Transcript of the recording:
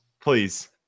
Please